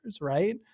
right